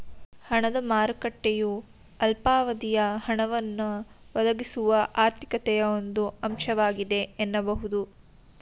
ಹಣದ ಮಾರುಕಟ್ಟೆಯು ಅಲ್ಪಾವಧಿಯ ಹಣವನ್ನ ಒದಗಿಸುವ ಆರ್ಥಿಕತೆಯ ಒಂದು ಅಂಶವಾಗಿದೆ ಎನ್ನಬಹುದು